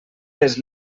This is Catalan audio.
les